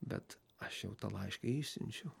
bet aš jau tą laišką išsiunčiau